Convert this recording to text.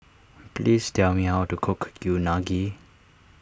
please tell me how to cook Unagi